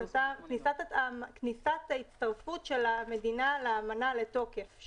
כניסת ההצטרפות של המדינה לאמנה לתוקף.